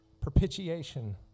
propitiation